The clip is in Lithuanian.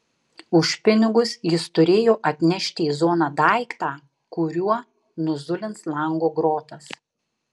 už pinigus jis turėjo atnešti į zoną daiktą kuriuo nuzulins lango grotas